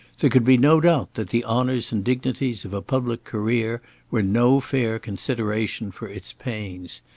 there could be no doubt that the honours and dignities of a public career were no fair consideration for its pains.